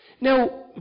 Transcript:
Now